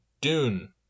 Dune